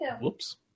Whoops